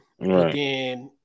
Right